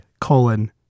colon